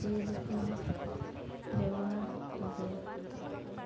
ᱡᱤᱭᱟᱹᱞᱤ ᱠᱚᱹᱧ ᱵᱮᱵᱚᱦᱟᱨ ᱠᱚ ᱜᱮᱭᱟ